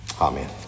Amen